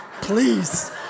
please